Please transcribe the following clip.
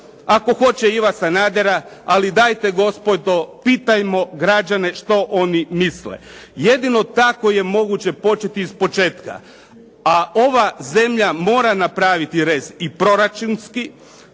ako hoće Ivu Sanadera, ali dajte gospodo pitajmo građane što oni misle. Jedino tako je moguće početi ispočetka. A ova zemlja mora napraviti rez i proračunski,